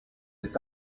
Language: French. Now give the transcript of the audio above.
des